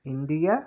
India